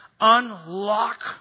Unlock